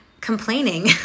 complaining